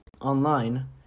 online